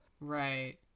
Right